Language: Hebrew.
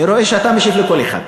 אני רואה שאתה משיב לכל אחד.